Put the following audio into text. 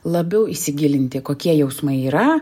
labiau įsigilinti kokie jausmai yra